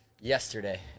Yesterday